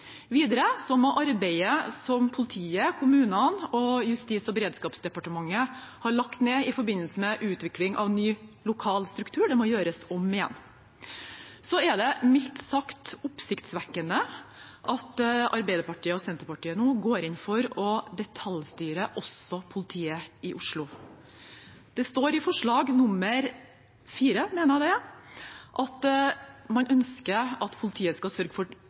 Videre må arbeidet som politiet, kommunene og Justis- og beredskapsdepartementet har lagt ned i forbindelse med utvikling av ny lokal struktur, gjøres om igjen. Så er det mildt sagt oppsiktsvekkende at Arbeiderpartiet og Senterpartiet nå går inn for å detaljstyre også politiet i Oslo. Det står i V i forslag til vedtak at man ønsker at politiet skal sørge for